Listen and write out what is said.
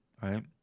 right